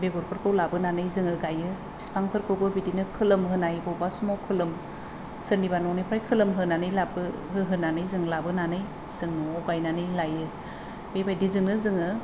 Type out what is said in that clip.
बेगरफोरखौ लाबोनानै जोङो गायो बिफांफोरखौबो बिदिनो खोलोम होनाय बबेबा समाव खोलोम सोरनिबा न'निफ्राय खोलोम होहोनानै लाबोनानै जों न'आव गायनानै लायो बेबायदिजोंनो जोङो